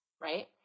right